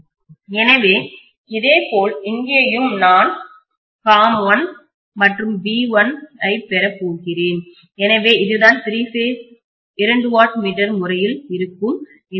எனவே இதேபோல் இங்கேயும் நான் COM1 மற்றும் v1 ஐப் பெறப் போகிறேன் எனவே இதுதான் திரி பேஸ் இரண்டு வாட் மீட்டர் முறையில் இருக்கும் இணைப்பாகும்